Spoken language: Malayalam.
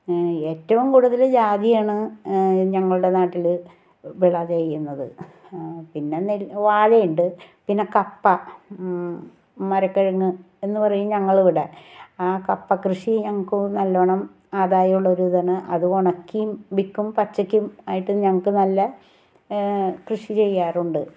ഏറ്റവും കൂടുതൽ ജാതിയാണ് ഞങ്ങളുടെ നാട്ടിൽ വിള ചെയ്യുന്നത് പിന്നെ നെൽ വാഴയുണ്ട് പിന്നെ കപ്പ മര കിഴങ്ങ് എന്ന് പറയും ഞങ്ങളിവിടെ ആ കപ്പ കൃഷി ഞങ്ങൾക്കും നല്ലോണം ആദായം ഉള്ള ഒരു ഇതാണ് അത് ഉണക്കി വിൽക്കും പച്ചയ്ക്കും ആയിട്ട് ഞങ്ങൾക്ക് നല്ല കൃഷി ചെയ്യാറുണ്ട്